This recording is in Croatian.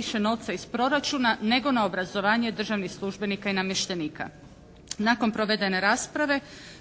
više novca iz proračuna nego na obrazovanje državnih službenika i namještenika. Nakon provedene rasprave